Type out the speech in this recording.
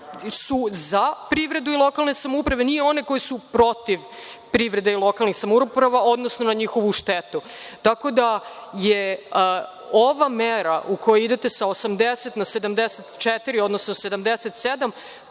su za privredu i lokalne samouprave, ni one koje su protiv privrede i lokalne samouprave, odnosno na njihovu štetu. Ova mera u koju idete sa 80 na 74, odnosno 77